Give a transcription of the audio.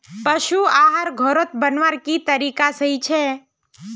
पशु आहार घोरोत बनवार की तरीका सही छे?